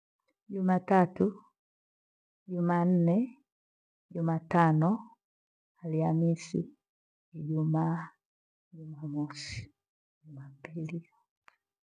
Jumatatu, Jumanne, Jumatano, Alhamisi, Ijumaa, Jumamosi, Jumapili.